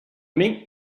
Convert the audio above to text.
mink